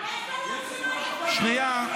--- שנייה,